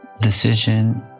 decision